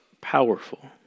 powerful